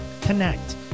connect